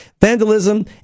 vandalism